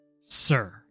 sir